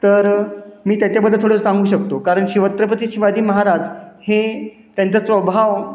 तर मी त्याच्याबद्दल थोडं सांगू शकतो कारण शिवछत्रपती शिवाजी महाराज हे त्यांचा स्वभाव